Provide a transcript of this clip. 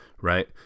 right